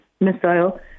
missile